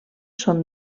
són